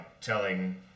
telling